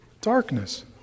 darkness